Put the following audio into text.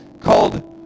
called